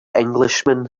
englishman